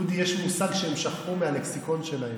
דודי, יש מושג שהם שכחו מהלקסיקון שלהם.